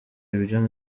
ibyo